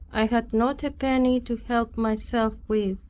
i had not a penny to help myself with,